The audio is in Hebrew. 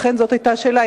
לכן זאת היתה השאלה,